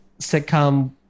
sitcom